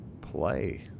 play